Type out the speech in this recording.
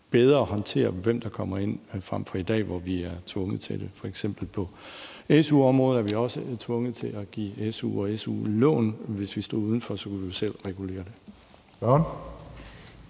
bedre håndtere, hvem der kommer ind, frem for i dag, hvor vi er tvunget til det. F.eks. er vi på su-området også tvunget til at give su og su-lån. Hvis vi stod udenfor, kunne vi jo selv regulere det.